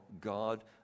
God